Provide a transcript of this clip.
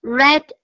red